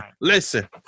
listen